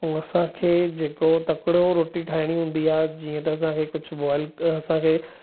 ऐं असांखे जेकि तकिड़ो रोटी ठाहिणी हूंदी आहे जीअं त असांखे कुझु बल्क असांखे